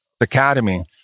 academy